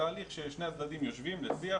תהליך ששני הצדדים יושבים לשיח